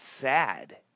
sad